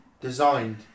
designed